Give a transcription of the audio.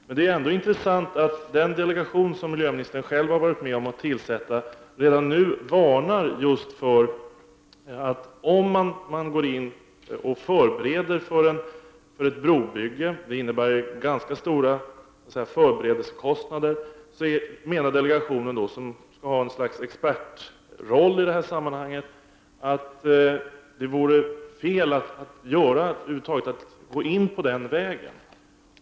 Men det är intressant att delegationen, som miljöministern själv har varit med om att tillsätta och som skall ha ett slags expertroll i sammanhanget, varnar för ett förberedande av brobygge, som också innebär stora förberedelsekostnader, och hävdar att det vore fel att över huvud taget gå in på denna väg.